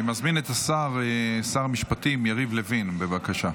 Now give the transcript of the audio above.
אני מזמין את שר המשפטים יריב לוין, בבקשה.